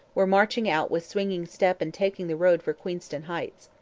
were marching out with swinging step and taking the road for queenston heights.